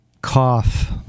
cough